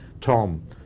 Tom